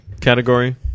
category